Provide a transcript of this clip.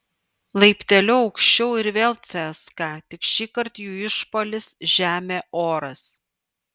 laipteliu aukščiau ir vėl cska tik šįkart jų išpuolis žemė oras